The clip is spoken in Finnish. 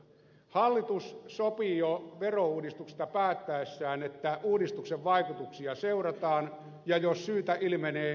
hallitus sopi jo verouudistuksesta päättäessään että uudistuksen vaikutuksia seurataan ja jos syytä ilmenee niin muutoksia tehdään